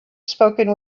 spoken